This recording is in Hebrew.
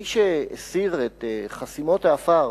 מי שהסיר את חסימות העפר,